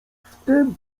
wtem